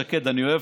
אני בעד.